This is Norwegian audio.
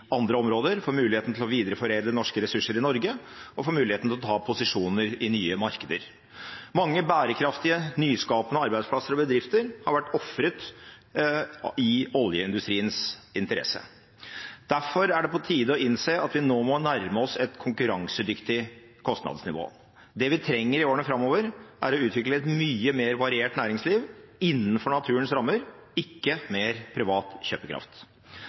andre områder, muligheten for å videreforedle norske ressurser i Norge og muligheten for å ta posisjoner i nye markeder. Mange bærekraftige, nyskapende arbeidsplasser og bedrifter har vært ofret i oljeindustriens interesse. Derfor er det på tide å innse at vi nå må nærme oss et konkurransedyktig kostnadsnivå. Det vi trenger i årene framover, er å utvikle et mye mer variert næringsliv innenfor naturens rammer, ikke mer privat kjøpekraft.